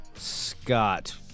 Scott